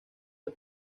del